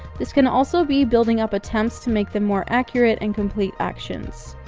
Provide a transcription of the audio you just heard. this can also be building up attempts to make them more accurate and complete actions.